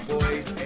Boys